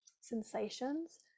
sensations